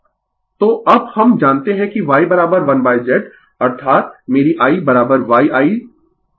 Refer slide Time 2604 तो अब हम जानते है कि Y 1 Z अर्थात मेरी IYi 3ight